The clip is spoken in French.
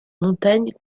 montagnes